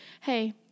hey